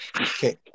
Okay